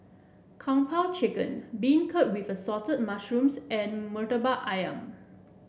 Kung Po Chicken Beancurd with Assorted Mushrooms and Murtabak ayam